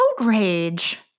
outrage